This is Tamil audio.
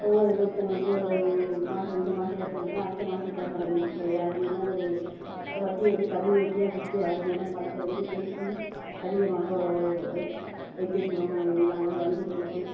ஒவ்வொரு ஒவ்வொருத்தவர்களுக்கு மாதம் இந்த மாதம் ஒருத்தவங்களுக்குனால் அடுத்த மாதம் தேவைப்பட்றவங்களுக்கு கொடுக்கறது அதன் மூலம் ஒரு வட்டி வந்து கம்மி வட்டியாக கொடுத்து அதன் மூலம் பணத்தை வந்து பெருக்கி அதிகமாக வைத் வைத்திருக்கிறோம் எங் நாங்கள் வங்கியில் போட்டு